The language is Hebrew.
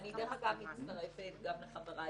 ואני דרך אגב מצטרפת גם לחבריי